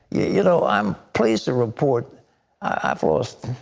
you know i'm pleased to report i've lost,